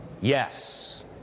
Yes